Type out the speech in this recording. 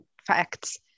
facts